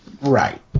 Right